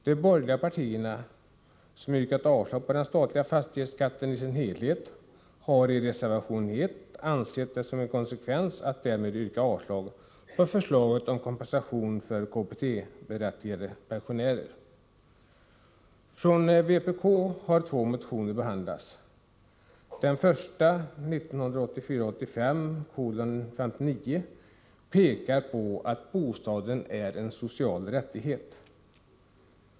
De borgerliga partierna, som har yrkat avslag på den statliga fastighetsskatten i dess helhet, har i reservation 1 ansett det som en konsekvens att därmed yrka avslag på förslaget om kompensation för KBT-berättigade pensionärer. Två motioner från vpk har behandlats. I den ena, 1984/85:59, pekar man på att bostaden är en social rättighet.